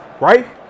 right